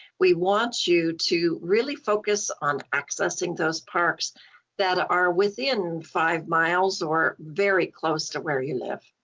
we want you to really focus on accessing those parks that are within five miles or very close to where you live.